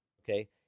Okay